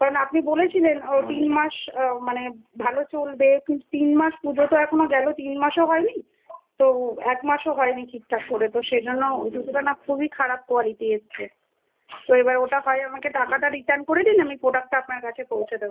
কারণ আপনি বলেছিলেন তিন মাস মানে ভালো চলবে কিন্তু তিন মাস পুজো তো এখনও গেল তিন মাসও হয় নি তো এক মাসও হয় নি ঠিকঠাক করে তো সেজন্য ওই জুতোটা না খুবই খারাপ কোয়ালিটি এসছে তো এবার ওটা হয় আমাকে টাকাটা রিটার্ন করে দিন আমি পোডাক্টটা আপনার কাছে পৌঁছে দেবো